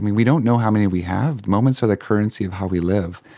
we we don't know how many we have. moments are the currency of how we live.